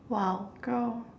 !wow! girl